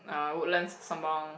uh Woodlands Sembawang